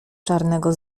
czarnego